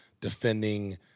defending